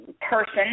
person